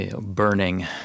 burning